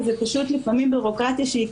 וזו פשוט לפעמים ביורוקרטיה שהיא,